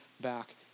back